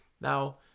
Now